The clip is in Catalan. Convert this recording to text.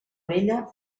vella